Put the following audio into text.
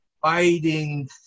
fighting